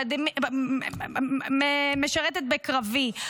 משרתת בקרבי,